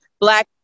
black